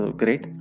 great